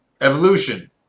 evolution